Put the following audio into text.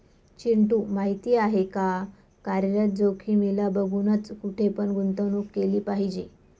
चिंटू माहिती आहे का? कार्यरत जोखीमीला बघूनच, कुठे पण गुंतवणूक केली पाहिजे